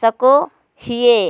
सको हीये